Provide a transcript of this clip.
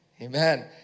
Amen